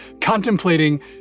contemplating